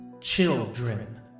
children